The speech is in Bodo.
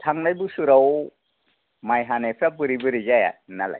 थांनाय बोसोराव माइ हानायफोरा बोरै बोरै जाया नोंनालाय